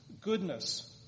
goodness